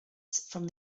from